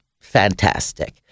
fantastic